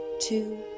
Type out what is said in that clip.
two